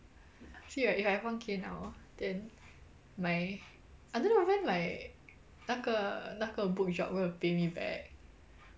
see right if I have one K now then my I don't know when my 那个那个 book job going to pay me back